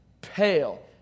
pale